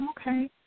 Okay